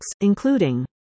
including